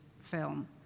film